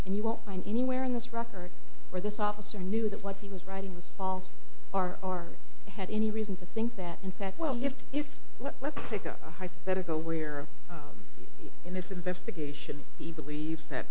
and you won't find anywhere in this record where this officer knew that what he was writing was false are had any reason to think that in fact well if if let's take a hypothetical where in this investigation he believes that